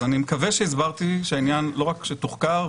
אז אני מקווה שהסברתי שלא רק שהעניין תוחקר,